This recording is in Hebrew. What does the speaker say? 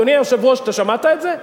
אדוני היושב-ראש, שמעת את זה?